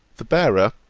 the bearer,